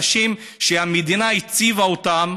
אנשים שהמדינה הציבה אותם